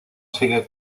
sigue